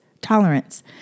tolerance